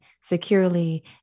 securely